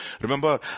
Remember